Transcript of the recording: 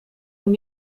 mijn